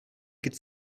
could